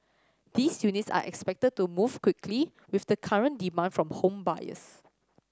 these units are expected to move quickly with the current demand from home buyers